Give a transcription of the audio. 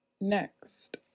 Next